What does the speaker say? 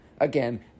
Again